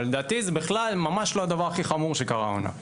אבל לדעתי זה בכלל ממש לא הדבר הכי חמור שקרה העונה.